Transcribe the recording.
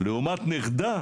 לעומת נכדה